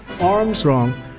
Armstrong